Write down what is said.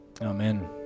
Amen